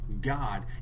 God